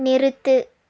நிறுத்து